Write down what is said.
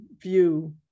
view